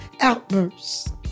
outbursts